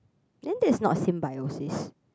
then that's not symbiosis